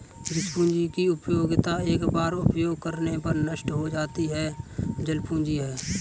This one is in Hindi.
जिस पूंजी की उपयोगिता एक बार उपयोग करने पर नष्ट हो जाती है चल पूंजी है